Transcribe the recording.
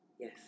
Yes